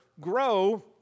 grow